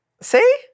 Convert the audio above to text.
See